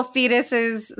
fetuses